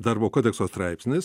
darbo kodekso straipsnis